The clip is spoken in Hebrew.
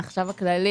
מהחשב הכללי,